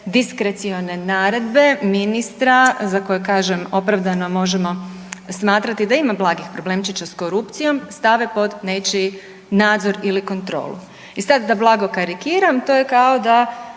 diskrecione naredbe ministra za kojeg kažem opravdano možemo smatrati da ima blagih problemčića s korupcijom stave pod nečiji nadzor ili kontrolu. I sada da blago karikiram, to je kao da